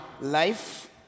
life